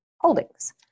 holdings